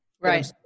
Right